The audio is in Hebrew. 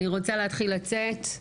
אני רוצה להתחיל לצאת.